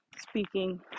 speaking